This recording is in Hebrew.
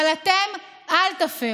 אבל אתם, אל תפרו.